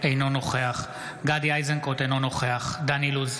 אינו נוכח גדי איזנקוט, אינו נוכח דן אילוז,